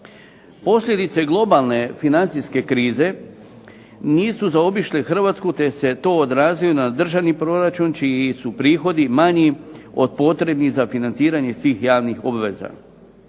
Posljedice globalne financijske krize, nisu zaobišle Hrvatsku te se to odrazilo na državni proračun čiji su prihodi manji od potreba za financiranje svih javnih obveza.